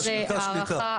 מרכז שליטה.